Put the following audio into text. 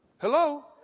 Hello